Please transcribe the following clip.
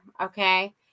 okay